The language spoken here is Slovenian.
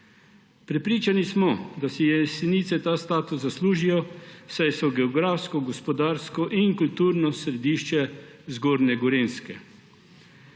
Prepričani smo, da si Jesenice ta status zaslužijo, saj so geografsko, gospodarsko in kulturno središče zgornje Gorenjske.